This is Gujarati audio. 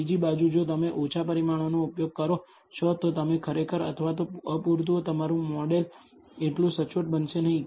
બીજી બાજુ જો તમે ઓછા પરિમાણોનો ઉપયોગ કરો છો તો તમે ખરેખર અથવા તો અપૂરતું તમારું મોડેલ એટલું સચોટ બનશે નહીં